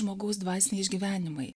žmogaus dvasiniai išgyvenimai